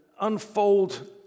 unfold